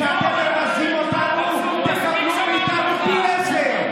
כשאתם מבזים אותנו, תקבלו מאיתנו פי עשרה, חצוף.